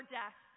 death